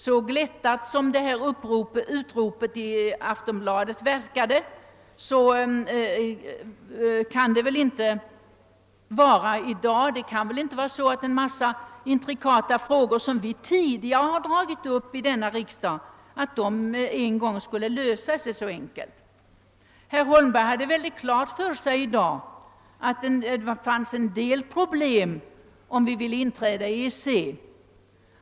Så glättat som utropet i Aftonbladet verkade kan det inte vara, att en mängd intrikata frågor som vi tidigare diskuterat här i riksdagen kan lösa sig så enkelt med en enda gång. Herr Holmberg hade exempelvis tidigare i dag fullt klart för sig att det var vissa problem förknippade med vårt inträde i EEC.